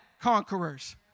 conquerors